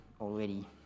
already